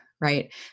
Right